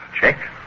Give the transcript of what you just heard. Check